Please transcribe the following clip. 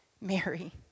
Mary